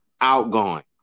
outgoing